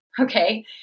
okay